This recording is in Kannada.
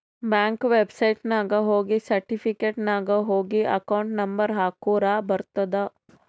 ಬ್ಯಾಂಕ್ ವೆಬ್ಸೈಟ್ನಾಗ ಹೋಗಿ ಸರ್ಟಿಫಿಕೇಟ್ ನಾಗ್ ಹೋಗಿ ಅಕೌಂಟ್ ನಂಬರ್ ಹಾಕುರ ಬರ್ತುದ್